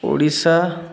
Odisha